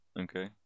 okay